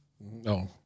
No